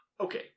Okay